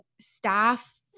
staff